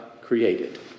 created